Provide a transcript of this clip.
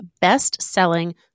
best-selling